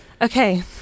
okay